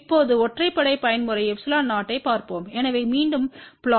இப்போது ஒற்றைப்படை பயன்முறை ε0ஐப் பார்ப்போம் எனவே மீண்டும் புளொட் 9